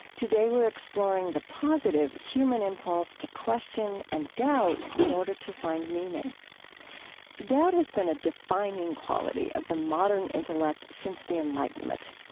today we're exploring the positive human impulse to question and doubt in order to find meaning doubt has been a defining quality of the modern intellect since the enlightenment.